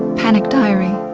panic diary,